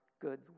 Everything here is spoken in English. good